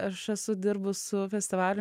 aš esu dirbus su festivaliu